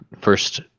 first